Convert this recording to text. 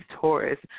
Taurus